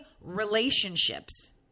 relationships